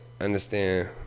understand